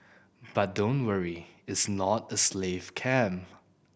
but don't worry its not a slave camp